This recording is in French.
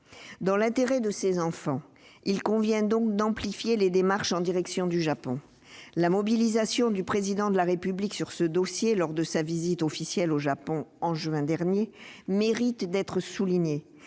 Dans l'intérêt de ces enfants, il convient donc d'amplifier les démarches en direction du Japon. La mobilisation du Président de la République sur ce dossier lors de sa visite officielle au Japon, en juin dernier, mérite d'être soulignée.